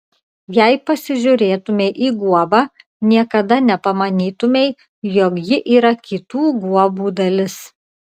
jei pasižiūrėtumei į guobą niekada nepamanytumei jog ji yra kitų guobų dalis